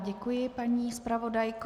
Děkuji, paní zpravodajko.